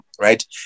Right